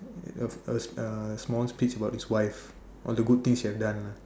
a a a small speech about his wife all the good things he have done lah